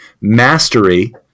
mastery